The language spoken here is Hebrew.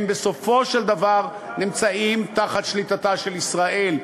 בסופו של דבר נמצאים תחת שליטתה של ישראל.